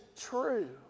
true